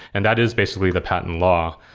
and that is basically the patent law.